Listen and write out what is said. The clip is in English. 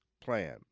plan